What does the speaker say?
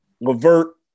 Levert